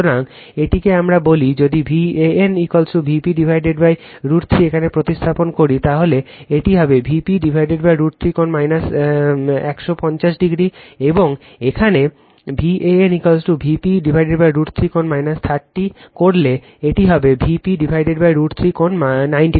সুতরাং এটিকে আমরা বলি যদি Van Vp √ 3 এখানে প্রতিস্থাপন করি তাহলে এটি হবে Vp √ 3 কোণ 150o এবং এটিকে এখানে Van Vp√ 3 কোণ 30 করলে এটি হবে Vp√ 30 কোণ 90o